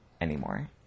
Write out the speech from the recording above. anymore